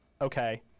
okay